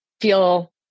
feel